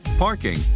parking